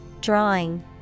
Drawing